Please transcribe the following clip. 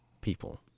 people